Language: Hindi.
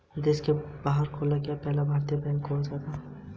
फसल चक्रण क्यों उपयोगी है?